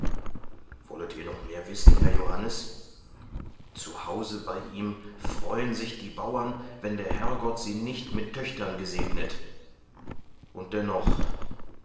wollet ihr mehr noch wissen herr johannes zu haus bei ihm freuen sich die bauern wenn der herrgott sie nicht mit töchtern gesegnet und dennoch aber